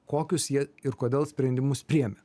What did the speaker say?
kokius jie ir kodėl sprendimus priėmė